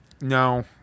No